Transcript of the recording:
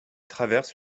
traverse